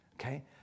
Okay